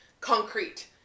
concrete